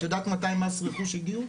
את יודעת מתי מס רכוש הגיעו?